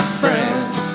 friends